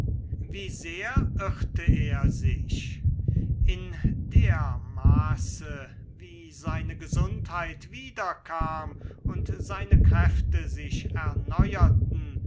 wie sehr irrte er sich in der maße wie seine gesundheit wiederkam und seine kräfte sich erneuerten